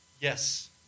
Yes